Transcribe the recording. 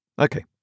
Okay